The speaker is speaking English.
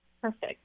Perfect